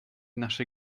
naszej